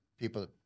people